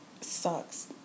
sucks